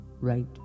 right